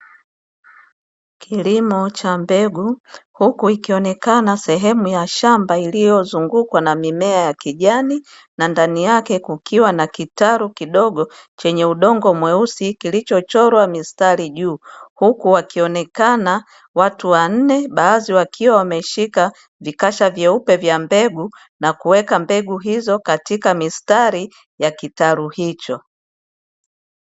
Kilimo cha mbegu, huku ikionekana sehemu ya shamba iliyozungukwa na mimea ya kijani, na ndani yake kukiwa na kitalu kidogo, chenye udongo mweusi, kilichochorwa mistari juu; huku wakionekana watu wanne, baadhi wakiwa wameshika vikasha vyeupe vya mbegu na kuweka mbegu hizo katika mistari ya kitalu hicho.